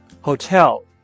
hotel